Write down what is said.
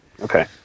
Okay